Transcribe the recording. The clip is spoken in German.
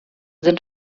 sind